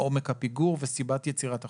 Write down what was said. עומק הפיגור וסיבת יצירת החוב.